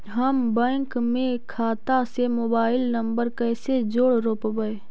हम बैंक में खाता से मोबाईल नंबर कैसे जोड़ रोपबै?